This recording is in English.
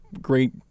Great